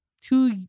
two